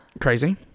Crazy